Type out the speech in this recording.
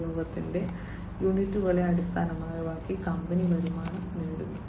ഉപയോഗത്തിന്റെ യൂണിറ്റുകളെ അടിസ്ഥാനമാക്കി കമ്പനി വരുമാനം നേടുന്നു